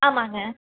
ஆமாம்ங்க